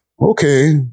Okay